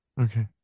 okay